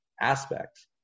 aspects